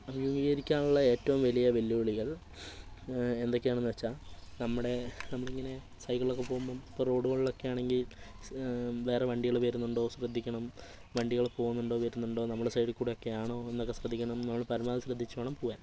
അഭിമുഖീകരിക്കാനുള്ള ഏറ്റവും വലിയ വെല്ലുവിളികൾ എന്തൊക്കെയാണെന്ന് വെച്ചാൽ നമ്മുടെ നമ്മളിങ്ങനെ സൈക്കിളിലൊക്കെ പോവുമ്പം ഇപ്പോൾ റോഡുകളിലൊക്കെയാണെങ്കിൽ വേറെ വണ്ടികൾ വരുന്നുണ്ടോ ശ്രദ്ധിക്കണം വണ്ടികൾ പോവുന്നുണ്ടോ വരുന്നുണ്ടോ നമ്മുടെ സൈഡിൽക്കൂടിയൊക്കെയാണോ എന്നൊക്കെ ശ്രദ്ധിക്കണം നമ്മൾ പരമാവധി ശ്രദ്ധിച്ചു വേണം പോവാൻ